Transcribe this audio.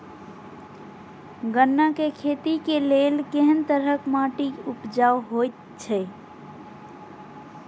गन्ना केँ खेती केँ लेल केँ तरहक माटि उपजाउ होइ छै?